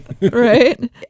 Right